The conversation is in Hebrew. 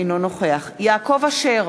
אינו נוכח יעקב אשר,